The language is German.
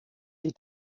die